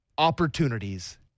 Opportunities